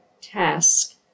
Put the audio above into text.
task